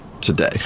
today